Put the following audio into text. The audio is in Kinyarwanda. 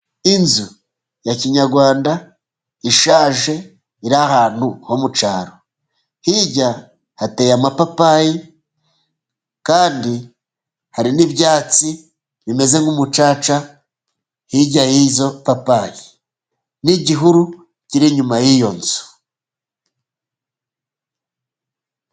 Inzu ya kinyarwanda, ishaje, iri ahantu ho mu cyaro. Hirya hateye amapapayi, kandi hari n'ibyatsi bimeze nk'umucaca, hirya y'izo papayi. N'igihuru kiri inyuma y'iyo nzu.